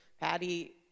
Patty